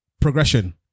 Progression